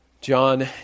John